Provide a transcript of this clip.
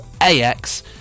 AX